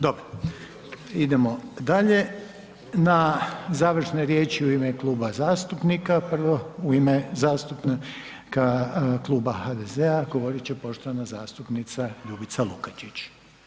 Dobro, idemo dalje na završne riješi u ime kluba zastupnika, prvo u zastupnika kluba HDZ-a govorit će poštovana zastupnica Ljubica Lukačić.